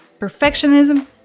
perfectionism